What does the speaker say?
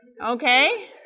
Okay